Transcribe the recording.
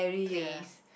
place